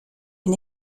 une